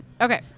okay